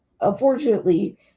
Unfortunately